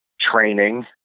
training